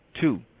Two